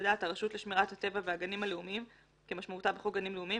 לדעת הרשות לשמירת הטבע והגנים הלאומיים כמשמעותה בחוק גנים לאומיים,